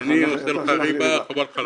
אני נותן לך ריבה חבל על הזמן.